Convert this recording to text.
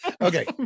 Okay